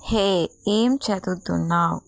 హే ఏమి చదువుతున్నావు